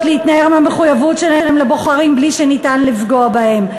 להתנער מהמחויבות שלהם לבוחרים בלי שניתן לפגוע בהם.